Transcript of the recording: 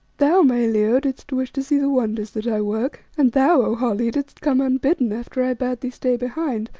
thou, my leo, didst wish to see the wonders that i work, and thou, o holly, didst come unbidden after i bade thee stay behind,